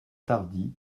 tardy